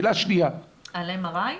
על MRI?